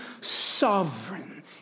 sovereign